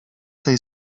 tej